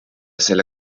selle